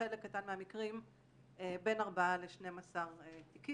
ובחלק קטן מהמקרים בין ארבעה ל-12 תיקים.